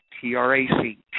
T-R-A-C